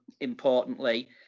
importantly